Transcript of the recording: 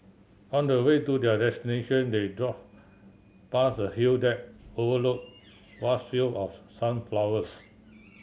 on the way to their destination they drove past a hill that overlook vast field of sunflowers